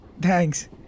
thanks